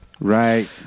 Right